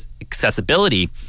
accessibility